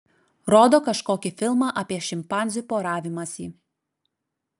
rodo kažkokį filmą apie šimpanzių poravimąsi